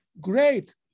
great